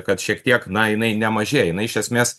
kad šiek tiek na jinai nemažėja jinai iš esmės